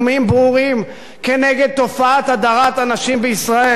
ברורים כנגד תופעת הדרת הנשים בישראל.